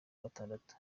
gatandatu